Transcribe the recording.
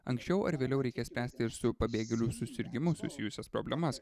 anksčiau ar vėliau reikės spręsti ir su pabėgėlių susirgimu susijusias problemas